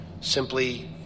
Simply